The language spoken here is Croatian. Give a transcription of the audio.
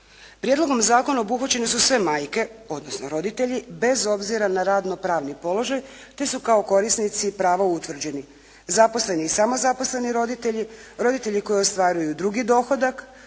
Prijedlogom zakona obuhvaćene su sve majke, odnosno roditelji bez obzira na radno pravni položaj, te su kao korisnici prava utvrđeni zaposleni i samozaposleni roditelji, roditelji koji ostvaruju drugi dohodak,